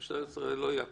למשטרת ישראל לא תהיה כספת.